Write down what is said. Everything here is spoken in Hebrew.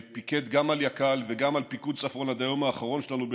שפיקד גם על יק"ל וגם על פיקוד צפון עד היום האחרון שלנו בלבנון,